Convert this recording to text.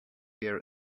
here